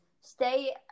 stay